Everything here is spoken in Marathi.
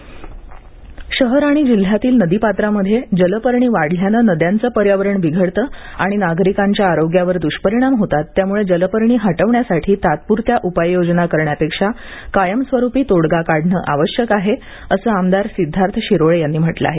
जलपर्णी शहर आणि जिल्ह्यातील नदीपात्रांमध्ये जलपर्णी वाढल्याने नद्यांचे पर्यावरण बिघडतं आणि नागरिकांच्या आरोग्यावर द्रष्परिणाम होतातत्यामुळे जलपर्णी हटविण्यासाठी तात्पुरत्या उपाययोजना करण्यापेक्षा कायमस्वरूपी तोडगा काढण आवश्यक आहे असं आमदार सिद्वार्थ शिरोळे यांनी म्हटलं आहे